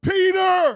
Peter